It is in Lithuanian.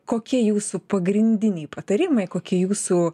kokie jūsų pagrindiniai patarimai kokie jūsų